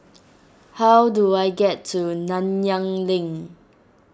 how do I get to Nanyang Link